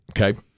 Okay